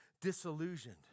disillusioned